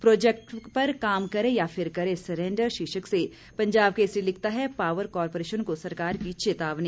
project पर काम करे या फिर करे सरैंडर शीर्षक से पंजाब केसरी लिखता है पावर कॉरपोरेशन को सरकार की चेतावनी